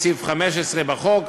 בסעיף 15 בחוק,